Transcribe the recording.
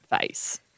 Face